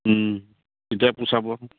তেতিয়া পুচাব